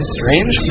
strange